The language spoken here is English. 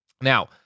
now